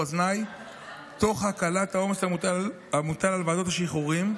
על תנאי תוך הקלת העומס המוטל על ועדות השחרורים.